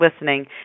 listening